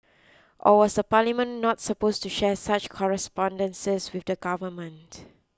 or was the Parliament not supposed to share such correspondences with the government